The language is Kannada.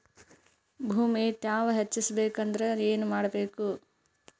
ಭೂಮಿ ತ್ಯಾವ ಹೆಚ್ಚೆಸಬೇಕಂದ್ರ ಏನು ಮಾಡ್ಬೇಕು?